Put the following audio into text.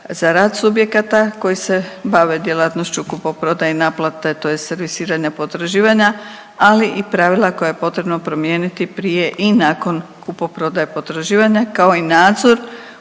za rad subjekata koji se bave djelatnošću kupoprodaje i naplate tj. servisiranja potraživanja, ali i pravila koja je potrebno promijeniti prije i nakon kupoprodaje potraživanja, kao i nadzor